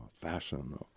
fashion